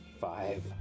Five